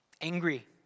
Angry